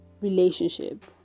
relationship